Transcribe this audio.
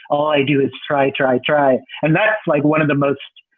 i do is try, try, try. and that's like one of the most